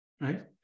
right